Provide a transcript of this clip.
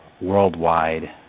worldwide